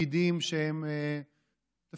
תפקידים שהם ציבוריים,